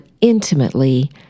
intimately